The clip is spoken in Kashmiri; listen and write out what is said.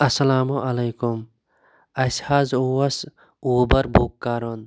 اَسَلامُ عَلَیکُم اَسہِ حظ اوس اوبَر بُک کَرُن